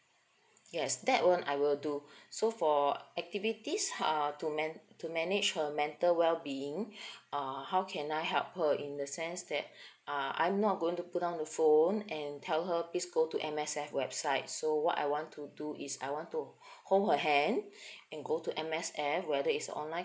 yes that [one] I will do so for activities uh to man~ to manage her mental well being uh how can I help her in the sense that uh I'm not going to put down the phone and tell her please go to M_S_F website so what I want to do is I want to hold her hand and go to M_S_F whether it's online